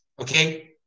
Okay